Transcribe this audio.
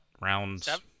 rounds